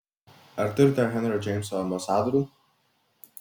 ar turite henrio džeimso ambasadorių